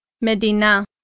Medina